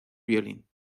violín